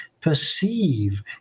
perceive